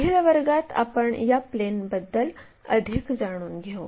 पुढील वर्गात आपण या प्लेनबद्दल अधिक जाणून घेऊ